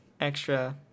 Extra